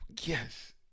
Yes